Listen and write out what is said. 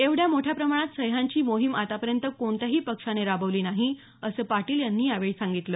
एवढ्या मोठ्या प्रमाणात सह्यांची मोहीम आतापर्यंत कोणत्याही पक्षानं राबवली नाही असं पाटील यावेळी म्हणाले